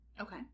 Okay